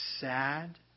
sad